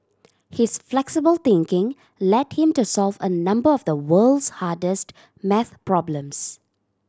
his flexible thinking led him to solve a number of the world's hardest math problems